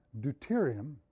deuterium